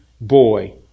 boy